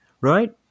right